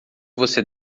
você